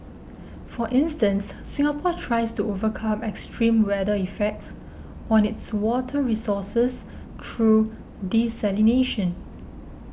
for instance Singapore tries to overcome extreme weather effects on its water resources through desalination